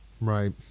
Right